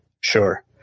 sure